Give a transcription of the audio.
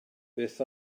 beth